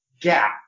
gap